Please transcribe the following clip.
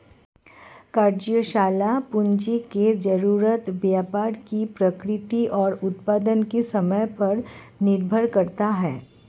कार्यशाला पूंजी की जरूरत व्यापार की प्रकृति और उत्पादन के समय पर निर्भर करता है